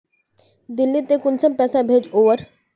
दिल्ली त कुंसम पैसा भेज ओवर?